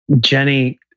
Jenny